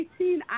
2018